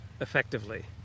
effectively